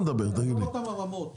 אבל זה לא באותן הרמות.